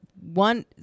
one